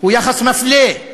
הוא יחס מפלה.